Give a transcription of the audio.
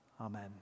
amen